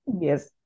Yes